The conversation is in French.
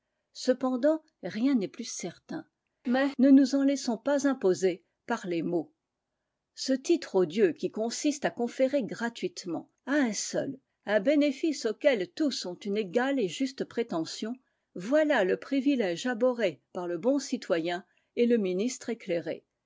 cependant rien n'est plus certain mais ne nous en laissons pas imposer par les mots ce titre odieux qui consiste à conférer gratuitement à un seul un bénéfice auquel tous ont une égale et juste prétention voilà le privilège abhorré par le bon citoyen et le ministre éclairé